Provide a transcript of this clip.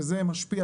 וזה משפיע,